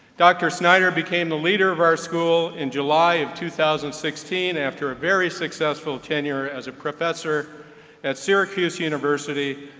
dr. snyder became the leader of our school in july of two thousand and sixteen, after a very successful tenure as a professor at syracuse university,